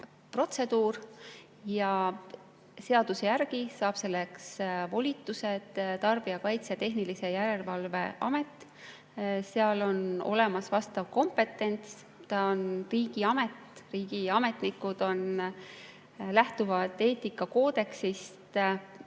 protseduur. Seaduse järgi saab selleks volitused Tarbijakaitse ja Tehnilise Järelevalve Amet. Seal on olemas vastav kompetents, see on riigiamet ja riigiametnikud lähtuvad eetikakoodeksist.